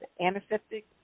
antiseptic